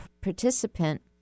participant